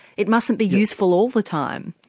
it mustn't be useful all the time.